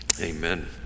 Amen